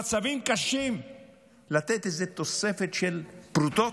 במצבים קשים לתת תוספת של פרוטות?